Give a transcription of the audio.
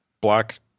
black